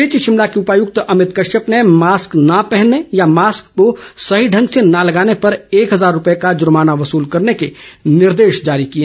इस बीच शिमला के उपायुक्त अभित कश्यप ने मास्क न पहनने या मास्क को सही ढंग से न लगाने पर एक हजार रुपये का जुर्माना वसूल करने के निर्देश जारी किए